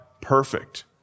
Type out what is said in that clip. perfect